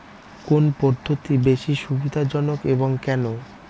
কোন পদ্ধতি বেশি সুবিধাজনক এবং কেন?